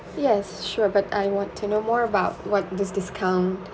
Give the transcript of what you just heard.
yes sure but I want to know more about what this discount